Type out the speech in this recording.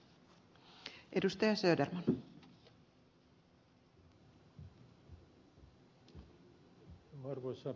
arvoisa puhemies